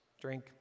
drink